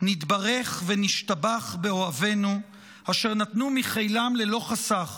נתברך ונשתבח באוהבינו אשר נתנו מחילם ללא חסך,